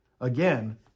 Again